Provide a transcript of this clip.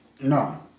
No